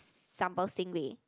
sambal stingray